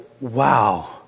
Wow